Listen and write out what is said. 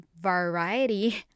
variety